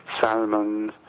salmon